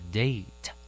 date